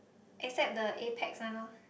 except the Apax one loh